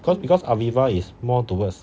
cause because Aviva is more towards